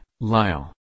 Lyle